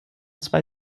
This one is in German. zwei